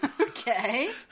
Okay